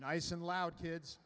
nice and loud kids